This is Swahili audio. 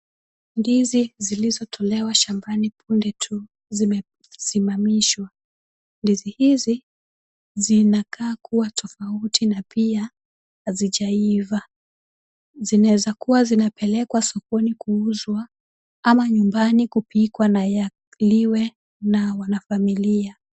Ndizi zilizotolewa shambani punde tu zimesimamishwa. Ndizi hizi zinakaa kuwa tofauti na pia hazijaiva. Zinawezakuwa zinapelekwa sokoni kuuzwa ama nyumbani kupikwa na yaliwe na wanafamilia.